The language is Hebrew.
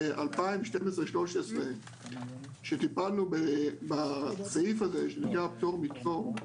ב-2012-13, כשטיפלנו בסעיף הזה שנקרא פטור מתור,